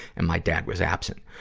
and my dad was absent.